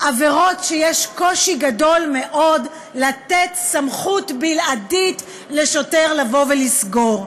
עבירות שיש קושי גדול מאוד לתת סמכות בלעדית לשוטר לבוא ולסגור בגללן.